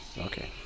Okay